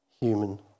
human